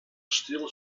still